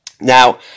Now